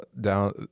down